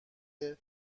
ابراز